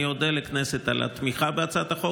אני אודה לכנסת על התמיכה בהצעת החוק.